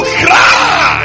cry